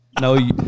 No